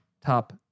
top